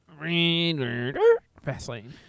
Fastlane